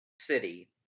city